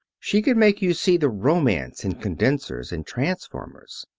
she could make you see the romance in condensers and transformers.